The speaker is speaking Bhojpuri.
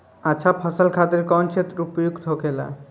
अच्छा फसल खातिर कौन क्षेत्र उपयुक्त होखेला?